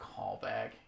Callback